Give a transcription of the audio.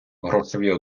грошові